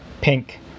pink